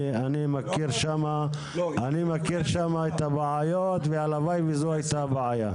אני מכיר שם את הבעיות והלוואי וזו הייתה הבעיה.